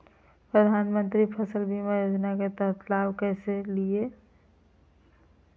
प्रधानमंत्री फसल बीमा योजना के लाभ कैसे लिये?